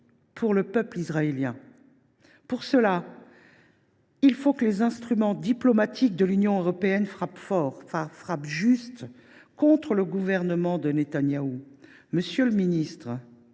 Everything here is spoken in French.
pour le peuple israélien. Pour cela, il faut que les instruments diplomatiques de l’Union européenne frappent fort et juste contre le gouvernement de Netanyahou. Monsieur le ministre,